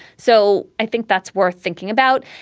so i think that's worth thinking about.